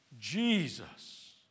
Jesus